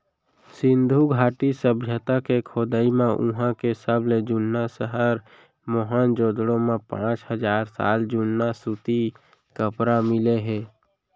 सिंधु घाटी सभ्यता के खोदई म उहां के सबले जुन्ना सहर मोहनजोदड़ो म पांच हजार साल जुन्ना सूती कपरा मिले हे